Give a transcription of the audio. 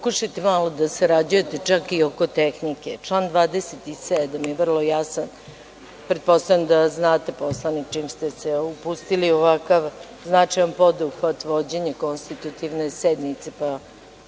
Pokušajte malo da sarađujete, čak i oko tehničke. Član 27. je vrlo jasan, pretpostavljam da znate Poslovnik čim ste se upustili u ovakav značajan poduhvat vođenja konstitutivne sednice,